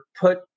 put